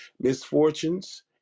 misfortunes